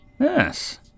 Yes